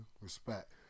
respect